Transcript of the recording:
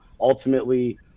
ultimately